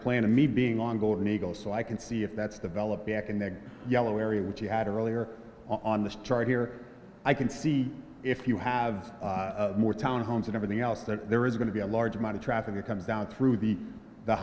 plan to me being on golden eagle so i can see if that's the valid back in a yellow area which you had earlier on this chart here i can see if you have more town homes and everything else that there is going to be a large amount of traffic it comes down through the